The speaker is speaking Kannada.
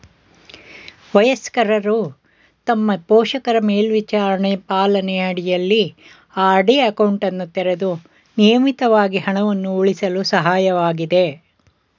ವಯಸ್ಕರು ತಮ್ಮ ಪೋಷಕರ ಮೇಲ್ವಿಚಾರಣೆ ಪಾಲನೆ ಅಡಿಯಲ್ಲಿ ಆರ್.ಡಿ ಅಕೌಂಟನ್ನು ತೆರೆದು ನಿಯಮಿತವಾಗಿ ಹಣವನ್ನು ಉಳಿಸಲು ಸಹಾಯಕವಾಗಿದೆ